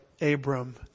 Abram